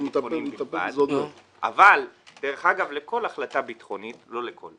ביטחוניים בלבד אבל לכל החלטה ביטחונית לא לכל,